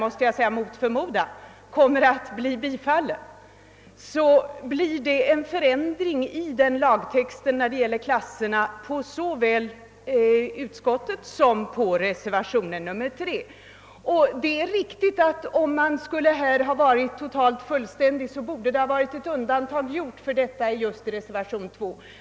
Om reservationen — tyvärr mot förmodan måste jag säga — kommer att bifallas betyder detta en annan lagtext beträffande viktklasserna än vad som föreslås av utskottet och i reservation 3. Det är riktigt att det för fullständighetens skull borde ha gjorts ett undantag härför i just reservation 2.